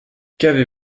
qu’avez